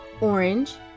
Orange